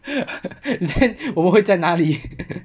then 我们会在哪里